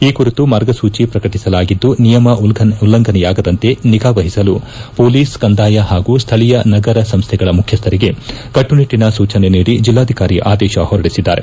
ಈ ಕುರಿತು ಮಾರ್ಗಸೂಚಿ ಪ್ರಕಟಿಸಲಾಗಿದ್ದು ನಿಯಮ ಉಲ್ಲಂಘನೆಯಾಗದಂತೆ ನಿಗಾವಹಿಸಲು ಪೊಲೀಸ್ ಕಂದಾಯ ಹಾಗೂ ಸ್ಥಳೀಯ ನಗರ ಸಂಸ್ಥೆಗಳ ಮುಖ್ಯಸ್ಥರಿಗೆ ಕಟ್ಟುನಿಟ್ಟನ ಸೂಚನೆ ನೀಡಿ ಜಿಲ್ಲಾಧಿಕಾರಿ ಆದೇಶ ಹೊರಡಿಸಿದ್ದಾರೆ